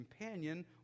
companion